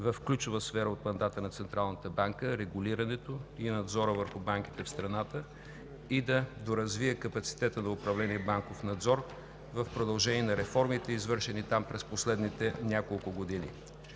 в ключова сфера от мандата на Централната банка – регулирането и надзора върху банките в страната, и да доразвие капацитета на управление „Банков надзор“ в продължение на реформите, извършени там през последните няколко години.